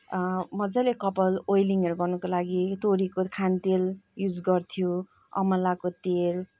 मज्जाले कपाल ओइलिङहरू गर्नुको लागि तोरीको खाने तेल युज गर्थ्यो अमलाको तेल